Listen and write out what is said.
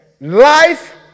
Life